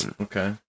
Okay